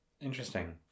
Interesting